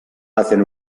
hacen